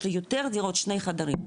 יש לי יותר דירות שני חדרים,